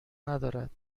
ندارد